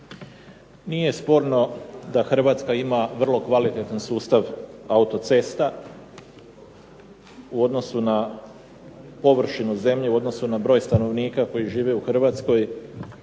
Nije sporno da Hrvatska ima vrlo kvalitetan sustav autocesta u odnosu na površinu zemlje, u odnosu na broj stanovnika koji živi u Hrvatskoj,